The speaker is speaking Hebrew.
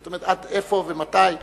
זאת אומרת עד איפה, ומתי.